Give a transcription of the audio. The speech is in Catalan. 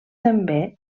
també